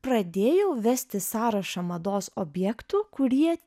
pradėjau vesti sąrašą mados objektų kurie